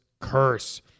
Curse